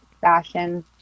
fashion